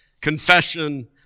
confession